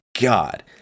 God